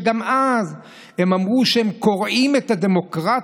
גם אז הם אמרו שהם קורעים את הדמוקרטיה,